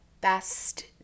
best